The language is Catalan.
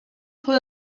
fou